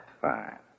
Fine